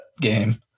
game